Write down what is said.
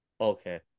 Okay